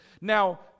Now